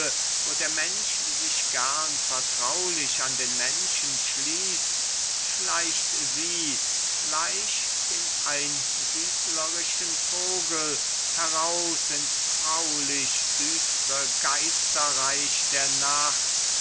wo der mensch sich gern vertraulich an den menschen schließt schleicht sie gleich dem einsiedlerischen vogel heraus ins graulich düstre geisterreich der nacht